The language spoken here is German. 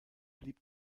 blieb